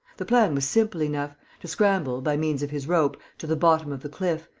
the plan was simple enough to scramble, by means of his rope, to the bottom of the cliff,